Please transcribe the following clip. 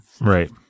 right